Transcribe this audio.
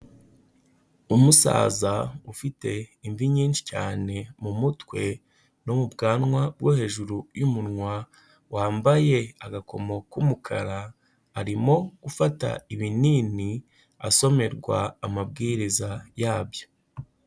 Umusaza ufite imvi nyinshi cyane mu mutwe no mu bwanwa bwo hejuru y'umunwa, wambaye agakomo k'umukara, arimo gufata ibinini asomerwa amabwiriza yabyo.